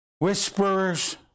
whisperers